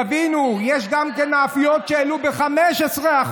תבינו, יש גם מאפיות שהעלו ב-15%.